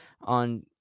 on